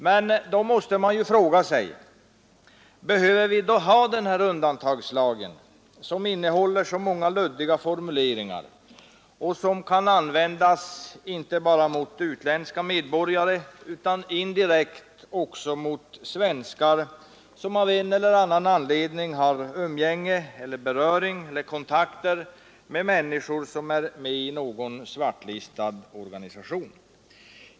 Men då måste man ju fråga sig: Behöver vi ha den här undantagslagen, som innehåller så många luddiga formuleringar och som kan användas inte bara mot utländska medborgare utan indirekt också mot svenskar, som av en eller annan anledning har umgänge eller kontakter med människor som är med i någon svartlistad organisation?